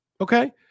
Okay